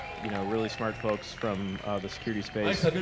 you know, really smart folks from the security space.